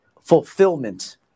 fulfillment